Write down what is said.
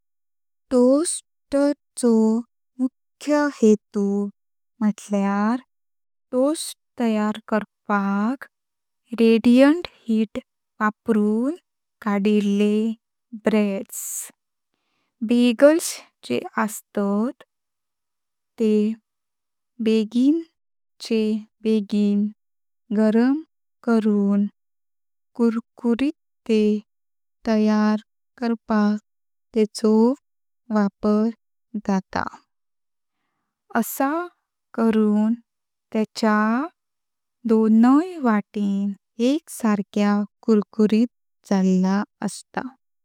टोस्टर चो मुख्य हेतु म्हुटल्यार टोस्ट तयार करपाक रेडियंट हीट वापरून काडिल्ले ब्रेडस। बॅग्लेस जे अस्तात तेह बगिन चे बगिन गरम करून कूर्कुरित तेह तयार करपाक तेचो वापर जाता। असा करून टेक्या दोनय वाटें एक्सारक्या कूर्कुरित जाळा आस्ता।